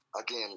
again